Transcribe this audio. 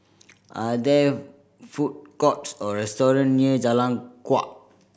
are there food courts or restaurant near Jalan Kuak